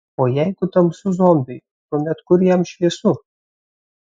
o jeigu tamsu zombiui tuomet kur jam šviesu